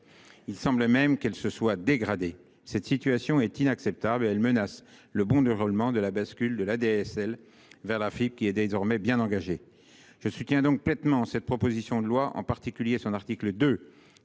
Il semble même qu'elles se soient dégradées. Cette situation est inacceptable, car elle menace le bon déroulement de la bascule de l'ADSL vers la fibre, qui est désormais bien engagée. Je soutiens donc pleinement cette proposition de loi, en particulier son article 2,